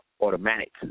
automatic